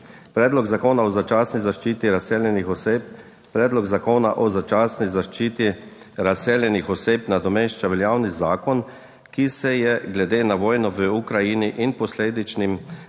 Predlog Zakona o začasni zaščiti razseljenih oseb nadomešča veljavni zakon, ki se je glede na vojno v Ukrajini in posledičnim